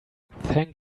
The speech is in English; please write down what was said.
thank